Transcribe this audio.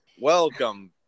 welcome